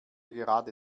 gerade